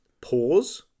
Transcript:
pause